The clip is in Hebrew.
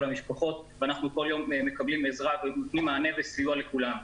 המשפחות ואנחנו כל יום נותנים מענה וסיוע לכולם.